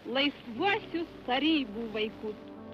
laisvuosius tarybų vaikus